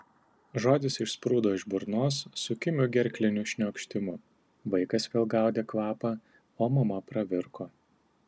žodis išsprūdo iš burnos su kimiu gerkliniu šniokštimu vaikas vėl gaudė kvapą o mama pravirko